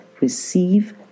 receive